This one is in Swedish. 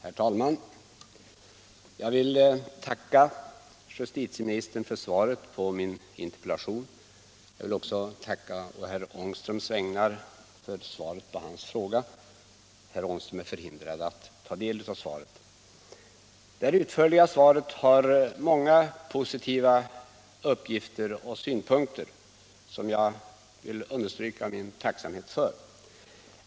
Herr talman! Jag vill tacka justitieministern för svaret på min interpellation. Jag vill också tacka på herr Ångströms vägnar för svaret på hans fråga. Herr Ångström är förhindrad att ta del av svaret. Det utförliga svaret innehåller många positiva uppgifter och synpunkter som jag är mycket tacksam för.